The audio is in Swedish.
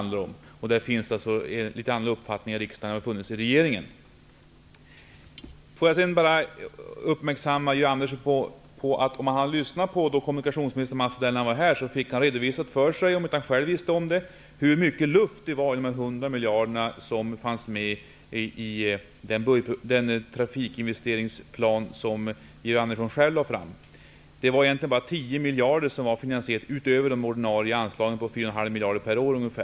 Det finns andra uppfattningar i riksdagen än vad som har funnits i regeringen. Om Georg Andersson hade lyssnat till kommunikationsminister Mats Odell hade han fått en redovisning av -- om han inte visste det tidigare -- hur mycket luft det var i de där miljarder som fanns med i den trafikinvesteringsplan som Georg Andersson själv lade fram. Det var egentligen bara 10 miljarder som var finansierade utöver de ordinarie anslagen på ungefär 4,5 miljarder per år.